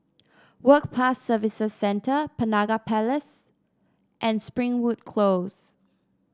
Work Pass Services Center Penaga Place and Springwood Close